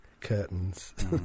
curtains